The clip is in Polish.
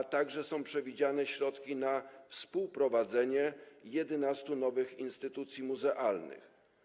Są także przewidziane środki na współprowadzenie 11 nowych instytucji muzealnych.